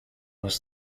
was